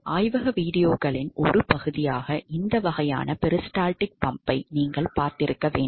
ஆய்வக வீடியோக்களின் ஒரு பகுதியாக இந்த வகையான பெரிஸ்டால்டிக் பம்பை நீங்கள் பார்த்திருக்க வேண்டும்